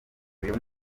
uyu